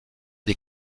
des